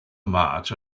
march